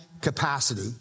capacity